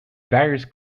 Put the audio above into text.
various